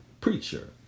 preacher